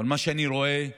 אבל מה שאני רואה ושומע,